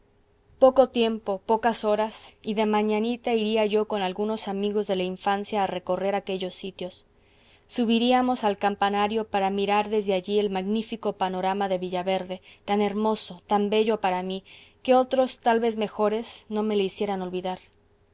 poco tiempo pocas horas y de mañanita iría yo con algunos amigos de la infancia a recorrer aquellos sitios subiríamos al campanario para mirar desde allí el magnífico panorama de villaverde tan hermoso tan bello para mí que otros tal vez mejores no me le hicieran olvidar